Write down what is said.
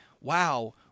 Wow